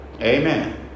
amen